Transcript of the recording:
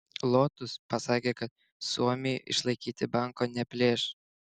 lotus pasakė kad suomiui išlaikyti banko neplėš